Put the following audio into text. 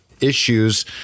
issues